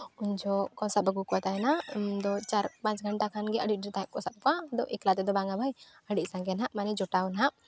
ᱩᱱ ᱡᱚᱦᱚᱜ ᱠᱚ ᱥᱟᱵ ᱟᱹᱜᱩ ᱠᱚ ᱛᱟᱦᱮᱱᱟ ᱩᱱᱫᱚ ᱪᱟᱨ ᱯᱟᱸᱪ ᱜᱷᱚᱱᱴᱟ ᱠᱷᱟᱱ ᱜᱮ ᱟᱹᱰᱤ ᱰᱷᱮᱨ ᱛᱟᱦᱮᱸᱜ ᱠᱚ ᱥᱟᱵ ᱠᱚᱣᱟ ᱮᱠᱞᱟ ᱛᱮᱫᱚ ᱵᱟᱝᱟ ᱵᱷᱟᱹᱭ ᱟᱹᱰᱤ ᱥᱟᱸᱜᱮ ᱦᱟᱜ ᱢᱟᱱᱮ ᱡᱚᱴᱟᱣ ᱦᱟᱜ